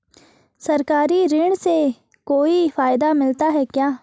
सरकारी ऋण से कोई फायदा मिलता है क्या?